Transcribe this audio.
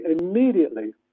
immediately